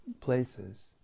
Places